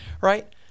right